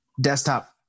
desktop